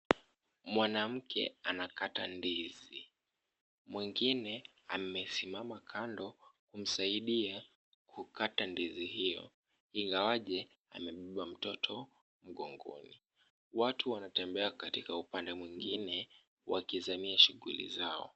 Mwanamke anakata ndizi, mwengine amesimama kando kumsaidia kukata ndizi hiyo ingawaje amebeba mtoto mgongoni. Watu wanatembea katika upande mwengine wakizamia shughuli zao.